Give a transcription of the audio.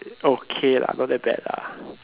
okay lah not that bad lah